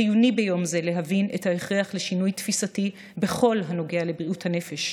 חיוני ביום זה להבין את ההכרח לשינוי תפיסה בכל הנוגע לבריאות הנפש,